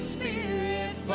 Spirit